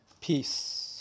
Peace